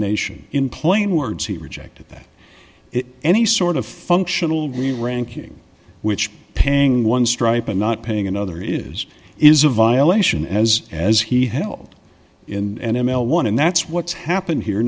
ordination in plain words he rejected that any sort of functional the ranking which paying one stripe and not paying another is is a violation as as he held in and m l one and that's what's happened here